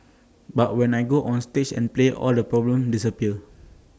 but when I go onstage and play all the problems disappear